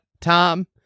Tom